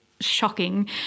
shocking